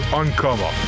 uncover